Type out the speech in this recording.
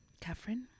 Catherine